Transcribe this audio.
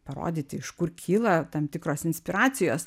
parodyti iš kur kyla tam tikros inspiracijos